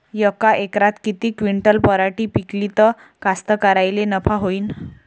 यका एकरात किती क्विंटल पराटी पिकली त कास्तकाराइले नफा होईन?